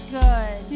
good